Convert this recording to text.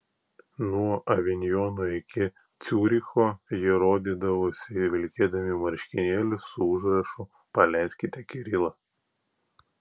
nuo avinjono iki ciuricho jie rodydavosi vilkėdami marškinėlius su užrašu paleiskite kirilą